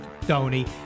Tony